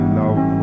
love